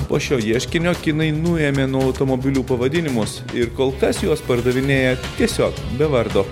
po šio ieškinio kinai nuėmė nuo automobilių pavadinimus ir kol kas juos pardavinėja tiesiog be vardo